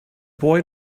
boy